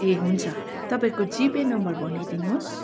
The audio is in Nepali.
ए हुन्छ तपाईँहरूको जिपे नम्बर भनिदिनोस्